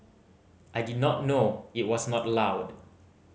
I did not know it was not allowed